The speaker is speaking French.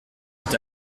est